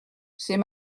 c’est